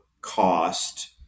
cost